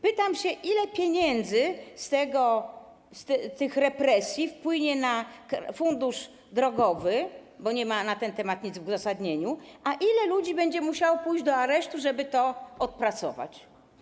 Pytam się: Ile pieniędzy z tych represji wpłynie na fundusz drogowy, bo nie ma na ten temat nic w uzasadnieniu, a ilu ludzi będzie musiało pójść do aresztu, żeby to odpracować?